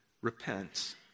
repent